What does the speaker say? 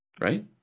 right